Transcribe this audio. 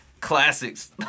classics